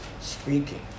speaking